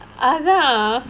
அதான்:athaan